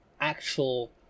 actual